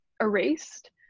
erased